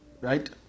Right